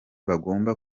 bagomba